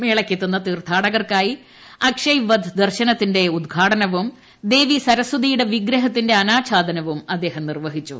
മേളയ്ക്കെത്തുന്ന തീർത്ഥാടകർക്കായി അക്ഷയ് വത് ദർശനത്തിന്റെ ഉദ്ഘാടനവും ദേവി സരസ്വതിയുടെ വിഗ്രഹത്തിന്റെ അനാഛാദനവും അദ്ദേഹം നിർവ്വഹിച്ചു